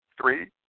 three